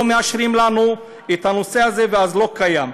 לא מאשרים לנו את הנושא הזה, אז זה לא קיים.